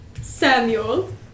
Samuel